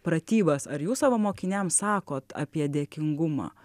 pratybas ar jūs savo mokiniam sakot apie dėkingumą